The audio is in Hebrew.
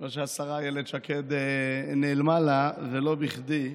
אני רואה שהשרה אילת שקד נעלמה לה, ולא בכדי,